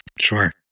Sure